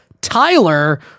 Tyler